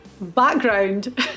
background